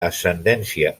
ascendència